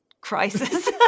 crisis